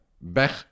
Bech